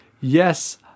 yes